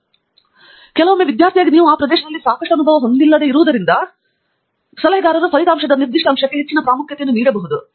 ಆದ್ದರಿಂದ ಕೆಲವೊಮ್ಮೆ ವಿದ್ಯಾರ್ಥಿಯಾಗಿ ನೀವು ಆ ಪ್ರದೇಶದಲ್ಲಿ ಸಾಕಷ್ಟು ಅನುಭವವನ್ನು ಹೊಂದಿಲ್ಲದಿರುವುದರಿಂದ ನಿಮ್ಮ ಫಲಿತಾಂಶದ ಒಂದು ನಿರ್ದಿಷ್ಟ ಅಂಶಕ್ಕೆ ನೀವು ಹೆಚ್ಚಿನ ಪ್ರಾಮುಖ್ಯತೆಯನ್ನು ನೀಡಬಹುದು